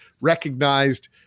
recognized